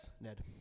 Ned